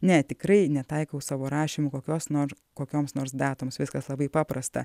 ne tikrai netaikau savo rašymu kokios nor kokioms nors datoms viskas labai paprasta